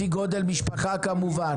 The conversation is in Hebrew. לפי גודל משפחה כמובן.